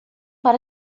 para